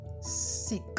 Sick